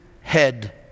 head